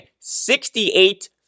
68